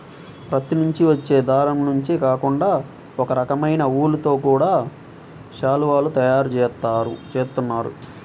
పత్తి నుంచి వచ్చే దారం నుంచే కాకుండా ఒకరకమైన ఊలుతో గూడా శాలువాలు తయారు జేత్తన్నారు